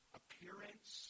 appearance